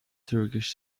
turkish